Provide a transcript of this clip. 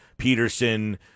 Peterson